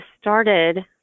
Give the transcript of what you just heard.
started